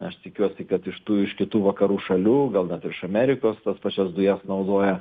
aš tikiuosi kad iš tų iš kitų vakarų šalių gal net ir iš amerikos tas pačias dujas naudoja